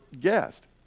guest